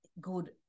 good